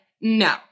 no